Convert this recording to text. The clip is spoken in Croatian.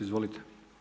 Izvolite.